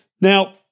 Now